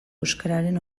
euskararen